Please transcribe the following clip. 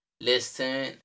Listen